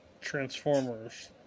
Transformers